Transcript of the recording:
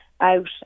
out